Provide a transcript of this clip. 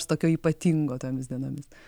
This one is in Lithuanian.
tokio ypatingo tomis dienomis